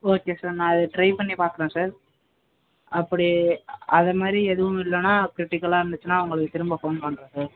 okay sir நான் அதை try பண்ணி பார்க்குறேன் சார் அப்படி அதை மாதிரி எதுவும் இல்லைன்னா க்ரிட்டிக்கலாக இருந்துச்சுன்னா உங்களுக்கு திரும்ப ஃபோன் பண்ணுறேன் சார்